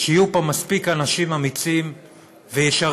שיהיו פה מספיק אנשים אמיצים וישרים,